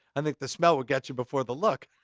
i think the smell would getcha before the look.